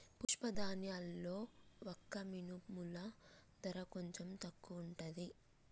పప్పు ధాన్యాల్లో వక్క మినుముల ధర కొంచెం తక్కువుంటది